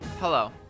Hello